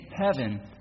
heaven